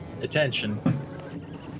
attention